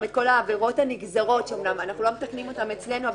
את כל העבירות הנגזרות שאומנם אנחנו לא מתקנים אותן אצלנו,